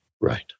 Right